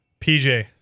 PJ